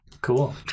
Cool